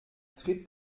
tritt